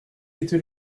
était